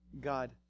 God